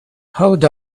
hold